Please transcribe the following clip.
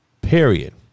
period